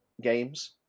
games